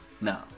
No